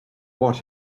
what